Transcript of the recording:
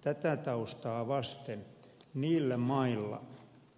tätä taustaa vasten niillä mailla